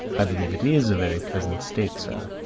i believe it is a very pleasant state, sir.